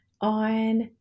on